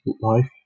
life